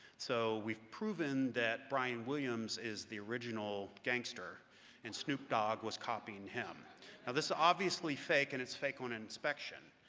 so we've proven that brian williams is the original gangster and snoop dogg was copying him. now this is obviously fake, and it's fake on inspection.